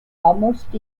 almost